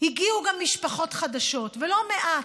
הגיעו גם משפחות חדשות, ולא מעט,